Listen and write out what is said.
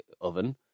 oven